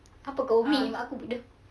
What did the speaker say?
apa kau umi mak aku bodoh